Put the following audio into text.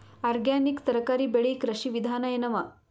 Organic ತರಕಾರಿ ಬೆಳಿ ಕೃಷಿ ವಿಧಾನ ಎನವ?